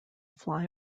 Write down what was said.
fly